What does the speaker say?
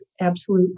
absolute